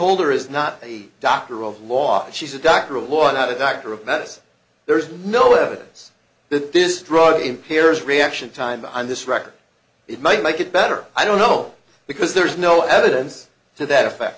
holder is not a doctor of law she's a doctor a lawyer not a doctor of medicine there is no evidence that this drug impairs reaction time on this record it might make it better i don't know because there's no evidence to that effect